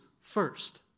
first